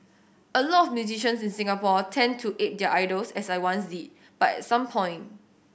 a lot of musicians in Singapore tend to ape their idols as I once did but at some point